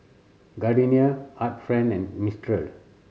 Gardenia Art Friend and Mistral